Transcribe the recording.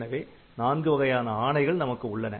எனவே நான்கு வகையான ஆணைகள் நமக்கு உள்ளன